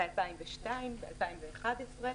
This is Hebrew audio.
ב-2002, ב-2011,